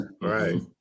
right